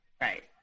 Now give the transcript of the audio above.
Right